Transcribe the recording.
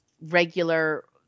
regular